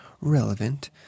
relevant